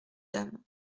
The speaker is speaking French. dames